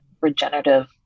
regenerative